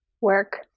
work